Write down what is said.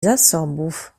zasobów